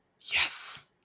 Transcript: yes